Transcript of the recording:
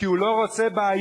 כי הוא לא רוצה בעיות.